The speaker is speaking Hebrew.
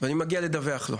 אני מגיעה לדווח לו.